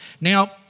Now